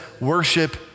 worship